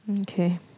Okay